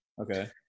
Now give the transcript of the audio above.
Okay